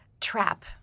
trap